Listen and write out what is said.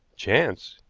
chance.